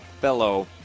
Fellow